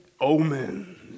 omen